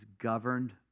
governed